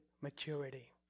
maturity